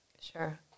Sure